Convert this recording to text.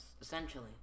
essentially